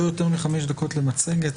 לא יותר מחמש דקות למצגת.